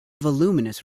voluminous